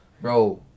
bro